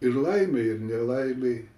ir laimėj ir nelaimėj